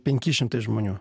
penki šimtai žmonių